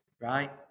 right